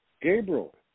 Gabriel